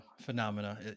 phenomena